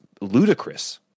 ludicrous